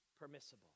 permissible